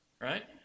right